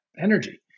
energy